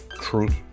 truth